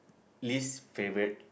least favourite